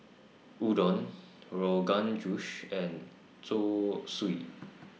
Udon Rogan Josh and Zosui